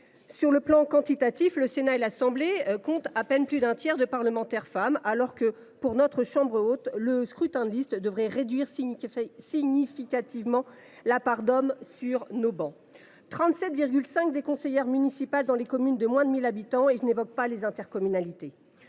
Sur le plan quantitatif d’abord : le Sénat et l’Assemblée nationale comptent à peine plus d’un tiers de parlementaires femmes, alors que, pour la Chambre haute, le scrutin de liste devrait réduire significativement la part d’hommes sur nos travées ; nous comptons 37,5 % de conseillères municipales dans les communes de moins de 1 000 habitants, et je ne parle pas des intercommunalités.